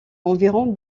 environ